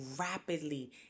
rapidly